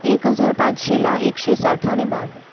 एक हजार पाचशेला एकशे साठाने भाग